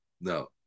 No